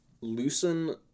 loosen